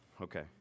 Okay